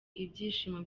ibyishimo